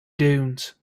dunes